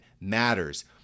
matters